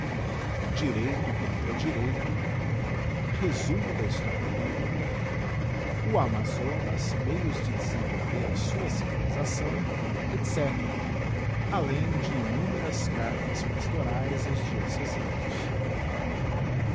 direito contra direito resumo da historia biblica o amagonas meios de desenvolver a sua civilisação etc alem de innumeras cartas pastoraes aob diocesanos